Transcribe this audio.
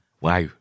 Wow